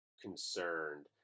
concerned